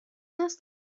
است